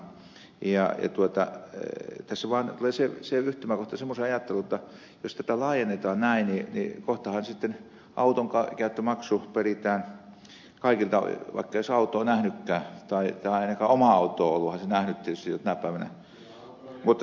tässä vaan tulee se yhtymäkohta semmoiseen ajatteluun jotta jos tätä laajennetaan näin niin kohtahan sitten autonkäyttömaksu peritään kaikilta vaikka ei olisi autoa nähnytkään tai ei ainakaan omaa autoa olisi onhan sen nähnyt tietysti tänä päivänä